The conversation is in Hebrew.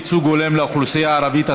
ייצוג הולם לאוכלוסייה הערבית),